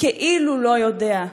וכאילו לא יודע.